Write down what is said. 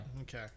Okay